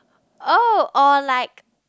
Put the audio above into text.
oh or like